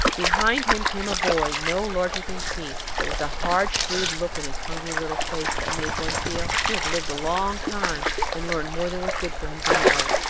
behind him came a boy no larger than keith, but with a hard, shrewd look in his hungry little face that made one feel he had lived a long time and learned more than was good for him to know.